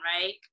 right